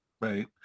Right